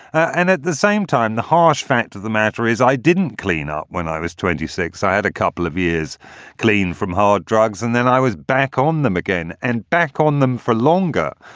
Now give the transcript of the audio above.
and at the same time, the harsh fact of the matter is i didn't clean up when i was twenty six. i had a couple of years clean from hard drugs. and then i was back on them again and back on them for longer,